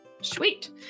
Sweet